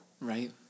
Right